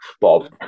Bob